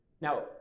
Now